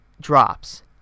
drops